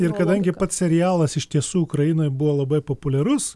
ir kadangi pats serialas iš tiesų ukrainoj buvo labai populiarus